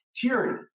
tyranny